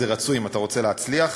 זה רצוי אם אתה רוצה להצליח,